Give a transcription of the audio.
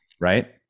Right